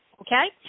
Okay